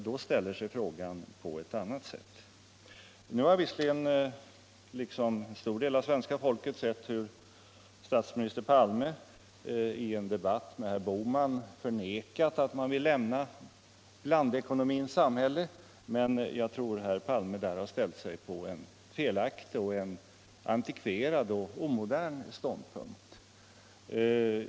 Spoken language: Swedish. Då ställer sig frågan på ett annat sätt. Nu har visserligen en stor del av svenska folket sett hur statsminister Palme i en debatt med herr Bohman förnekade att man vill lämna blandekonomins samhälle, men jag tror att herr Palme där ställt sig på en felaktig, antikverad och omodern ståndpunkt.